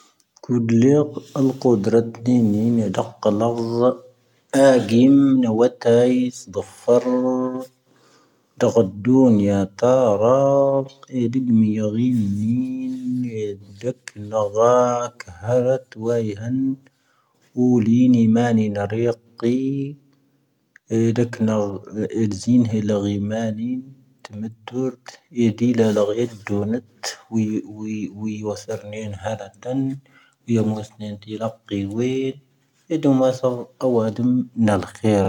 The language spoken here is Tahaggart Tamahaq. ⵇⵓⴷⵍⵉⵇ ⴰⵍ ⵇⵓⴷⵔⴰⴷⵉⵏⵉⵏ, ⴷⴰⴽ'ⴰ ⵍⴰⵣⵣⴰ, ⴰⴰⴳⵉⵎⵏ ⵡⴰ ⵜⴰⵉⵣⴷⵀⴰⴼⴰⵔ, ⴷⴰⴽ'ⴰⴷⴷoⵏ ⵢⴰ ⵜⴰ'ⵔⴰ, ⴻⴷⵉⴳⵎⵉ ⵢⴰⴳⵉⵏⵉⵏ, ⴻⴷⴷⴻⴽⵏⴰ ⴳⴰⴰ ⴽⴰ ⵀⴰⵔⴰⵜ ⵡⴰ ⵉⵀⴰⵏ, ⵓⵍⵉⵏ ⵉⵎⴰⵏⵉⵏ ⵔⵉⵢⵇⵉ, ⴻⴷⴷⴻⴽⵏⴰ ⵣⵉⵏⵀⴻ ⵍⴰⴳⵉⵎⴰⵏⵉⵏ, ⵜⵎⴻⵜⵜⵓⵔⵜ, ⴻⴷⴷⵉⵍⴰ ⵍⴰⴳⵢⴰⴷ ⴷoⵏⴻⵜ, ⵡⵉ ⵡⴰ ⵙⴰⵔⵏⵉⵏ ⵀⴰⵔⴰⵜⴰⵏ. ʻʻⵉⵍⴻⵢoⵎ ⵡⴰⵙ ⵏⵏⵜⵉ, ⵍⴰⴽⵏⴳⵉ ⵡⵉⵎ. ʻⴻ ⵜĻⵓⵎ ⵡé ⵙ po ʻⴰⵡ ⴱⴰ ⴱⴰⵢ. ิⵜ ʻⴰⵡⴰⴷ ūⵎ ⵏⴰⵍ cⵀ vⴻⵍocⵉⵜⵢ.